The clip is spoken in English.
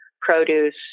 produce